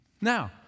Now